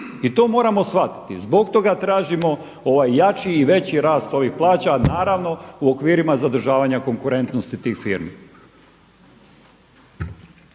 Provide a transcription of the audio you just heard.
i to moramo shvatiti. Zbog toga tražimo jači i veći rast ovih plaća, a naravno u okvirima zadržavanja konkurentnosti tih firmi.